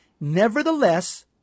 Nevertheless